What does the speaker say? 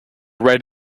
read